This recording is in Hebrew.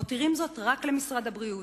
מותירים זאת רק למשרד הבריאות.